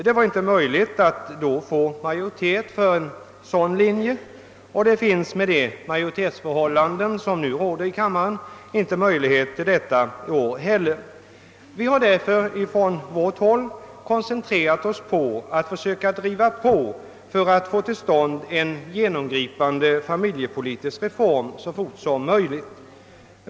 Det var inte möjligt att då få majoritet för en sådan linje, och det finns med det majoritetsförhållande som nu råder i kammaren inte möjlighet till detta i år heller. Vi har därför från vårt håll koncentrerat oss på att försöka driva på för att få till stånd en genomgripande familjepolitisk reform så fort som möjligt.